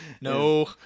no